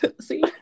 See